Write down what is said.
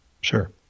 Sure